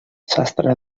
sastre